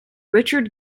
richard